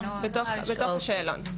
בתוך השאלון.